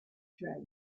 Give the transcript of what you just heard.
trade